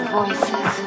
voices